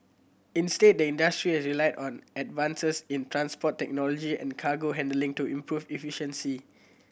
instead the industry has relied on advances in transport technology and cargo handling to improve efficiency